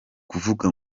kuvuga